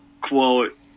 quote